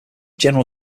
general